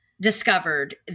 discovered